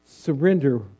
Surrender